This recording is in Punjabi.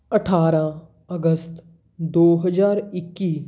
ਅਠਾਰਾਂ ਅਗਸਤ ਦੋ ਹਜ਼ਾਰ ਇੱਕੀ